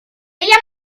deia